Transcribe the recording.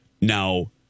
Now